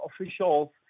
officials